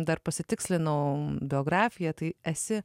dar pasitikslinau biografiją tai esi